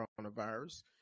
coronavirus